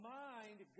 mind